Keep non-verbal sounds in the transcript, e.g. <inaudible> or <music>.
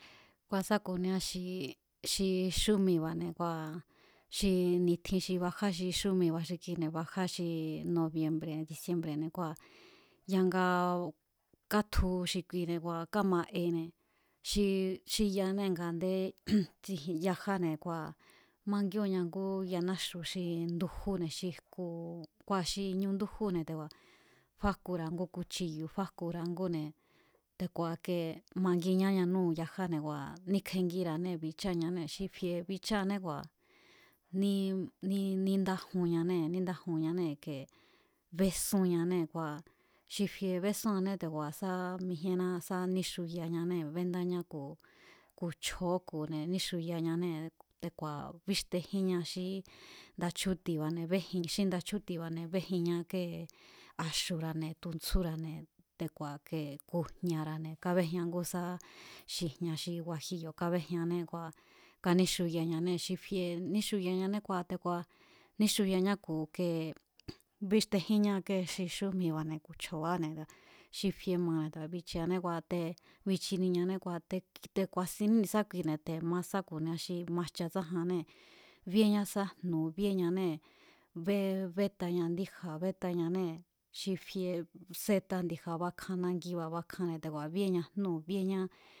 Kua̱ sá ku̱nia xi xi xúmiba̱ne̱ kua̱ xi ni̱tjin xi bajá xí xúmiba̱ xi kine̱ bajá xi nobiembre̱ dicimbre̱ kua̱ ya̱nga katju xi kuine̱ kámaene̱ xi xi yaanée̱ nga a̱ndé <noise> tsijien yajáne̱ kua̱ mangíóo̱nña ngú yanáxu̱ xi ndujúne̱ xi jku, ngua̱ xi ñu ndújúne̱ te̱ku̱a̱ fajkura̱a ngú kuchiyu̱ fájkura̱á ngúne̱ te̱ku̱a̱ ke manginñá yánúu̱ yajáne̱ ngua̱ níkjengíra̱anée̱ bicháñanée̱ xi bicháané kua̱ ní níndájunñanée̱ níndájunñánée̱ kee bésúnñanée̱ kua̱ xi fie besúnñanée̱ te̱ku̱a̱ sá sá mijíéná sá níxuyañanee̱ bendáñá ku̱ ku̱ chjo̱ó ku̱ne̱ níxuyañanée̱ te̱ku̱a̱ bíxtejínña xí nda chjúti̱ba̱ne̱ béjin xí nda chjúti̱ba̱ne̱ béjinña kée axu̱bane̱ tuntsjúra̱ne̱ te̱ku̱a̱ ke ku̱ jña̱ra̱ne̱ kábejian ngú sá ki jña̱ xi guajiyo̱ kábéjianné kua̱ káníxuyañanée̱ xi fie níxuyañané te̱ku̱a̱ níxuyañá ku̱ kee bíxtejínña kée xi xúmiba̱ne̱ ku̱ chjo̱báne̱ xi fiemabane̱ te̱ku̱a̱ bichiané kua̱ te̱ bichiniñané te̱ te̱ ku̱a̱sinní ni̱sákuine̱ te̱ ma sáku̱nia xi majcha tsájanbí bíéñá sá jnu̱ bíeñanée̱, betaña ndíja̱ betañanée̱ xi fie seta ndi̱ja̱ bakjanba̱ bakjane̱ te̱ku̱a̱ bíeña jnúu̱ bíéñá.